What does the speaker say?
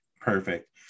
perfect